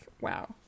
wow